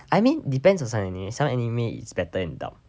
I mean depends on some anime some anime it's better in dub